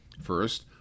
First